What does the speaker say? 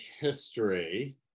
history